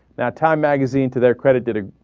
that time magazine today accredited ah.